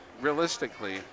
realistically